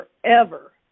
forever